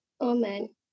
Amen